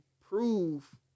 prove